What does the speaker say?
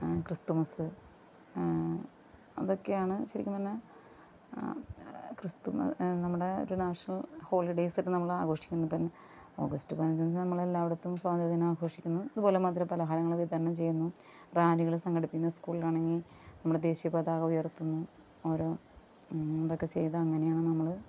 Christmas അതൊക്കെയാണ് ശെരിക്കും പറഞ്ഞാൽ ക്രിസ്തുമ നമ്മുടെ ഒരു നാഷ്ണല് ഹോളിഡേയ്സ്സൊക്കെ നമ്മളാഘോഷിക്കുന്നത് ഇപ്പം ഓഗസ്റ്റ് പതിനഞ്ചിന് നമ്മളെല്ലായിടത്തും സ്വാതന്ത്ര്യ ദിനം ആഘോഷിക്കുന്നു ഇതുപോലെ മധുരപലഹാരങ്ങള് വിതരണം ചെയ്യുന്നു റാലികള് സംഘടിപ്പിക്കുന്നു സ്കൂളിലാണെങ്കിൽ നമ്മുടെ ദേശിയപതാക ഉയര്ത്തുന്നു അവര് എന്തൊക്കെ ചെയ്ത് അങ്ങനെയാണ് നമ്മള്